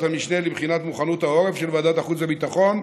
המשנה לבחינת מוכנות העורף של ועדת החוץ והביטחון,